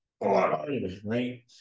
right